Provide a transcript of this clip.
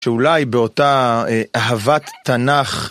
שאולי באותה אהבת תנ"ך